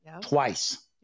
twice